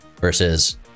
Versus